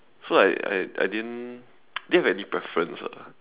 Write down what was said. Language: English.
so like I I I didn't didn't have any preference ah